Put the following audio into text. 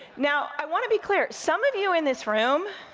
now, i wanna be clear. some of you in this room,